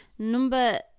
Number